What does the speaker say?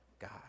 God